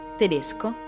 tedesco